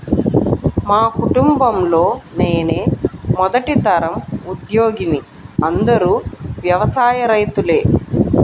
మా కుటుంబంలో నేనే మొదటి తరం ఉద్యోగిని అందరూ వ్యవసాయ రైతులే